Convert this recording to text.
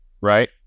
right